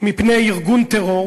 מפני ארגון טרור,